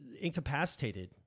incapacitated